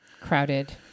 crowded